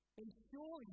ensure